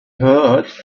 heard